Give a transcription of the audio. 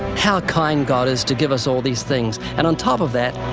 how kind god is to give us all these things, and on top of that,